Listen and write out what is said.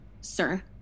sir